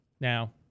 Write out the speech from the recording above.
Now